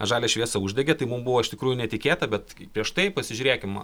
žalią šviesą uždegė tai mum buvo iš tikrųjų netikėta bet prieš tai pasižiūrėkim